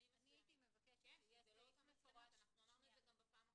בזמנים מסוימים --- אמרנו את זה גם בפעם הקודמת.